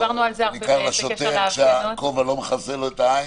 ניכר לשוטר כשהכובע לא מכסה לו את העין?